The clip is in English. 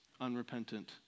unrepentant